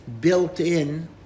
built-in